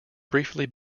briefly